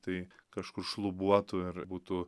tai kažkur šlubuotų ar būtų